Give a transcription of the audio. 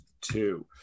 two